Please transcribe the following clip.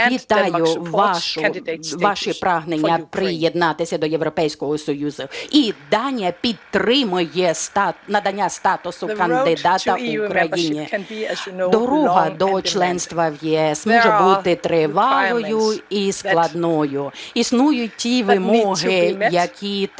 Данія підтримує надання статусу кандидата Україні. Дорога до членства в ЄС може бути тривалою і складною. Існують ті вимоги, які треба